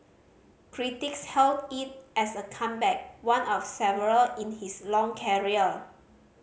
critics hailed it as a comeback one of several in his long career